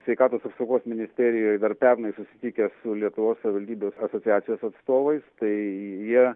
sveikatos apsaugos ministerijoj dar pernai susitikę su lietuvos savivaldybių asociacijos atstovais tai jie